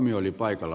kiitos